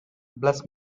bless